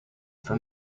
for